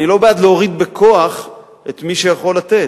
אני לא בעד להוריד בכוח את מי שיכול לתת.